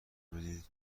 بدهید